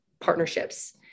partnerships